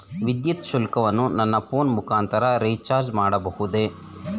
ವಿದ್ಯುತ್ ಶುಲ್ಕವನ್ನು ನನ್ನ ಫೋನ್ ಮುಖಾಂತರ ರಿಚಾರ್ಜ್ ಮಾಡಬಹುದೇ?